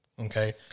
Okay